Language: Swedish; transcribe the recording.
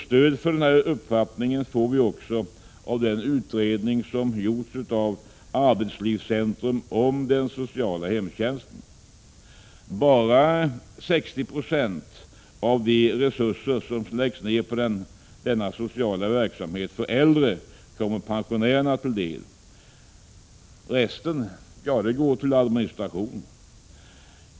Stöd för den uppfattningen får vi av den utredning som gjorts av arbetslivcentrum om den sociala hemtjänsten. Bara 60 76 av de resurser som läggs ned på denna sociala verksamhet för äldre kommer pensionärerna till del. Resten går till administration.